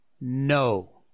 no